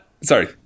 Sorry